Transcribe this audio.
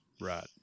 Right